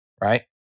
right